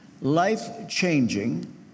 life-changing